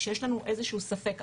כשיש לנו איזה שהוא ספק,